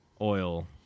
oil